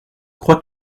crois